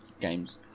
games